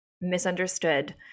misunderstood